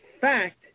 fact